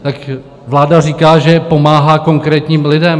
Tak vláda říká, že pomáhá konkrétním lidem.